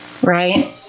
Right